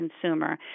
consumer